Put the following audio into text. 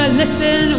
listen